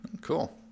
Cool